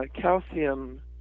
calcium